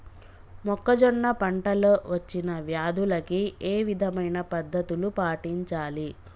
మొక్కజొన్న పంట లో వచ్చిన వ్యాధులకి ఏ విధమైన పద్ధతులు పాటించాలి?